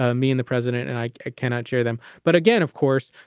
ah me and the president and i cannot share them. but again, of course,